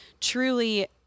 truly